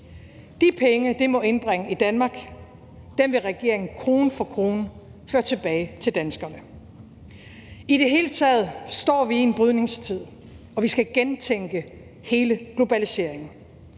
De penge, det måtte indbringe i Danmark, vil regeringen krone for krone føre tilbage til danskerne. I det hele taget står vi i en brydningstid, og vi skal gentænke hele globaliseringen,